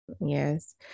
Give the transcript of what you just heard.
Yes